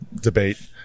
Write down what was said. debate